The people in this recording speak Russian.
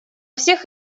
всех